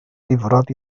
difrod